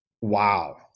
Wow